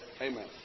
Amen